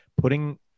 putting